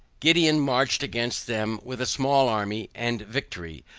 gideon marched against them with a small army, and victory,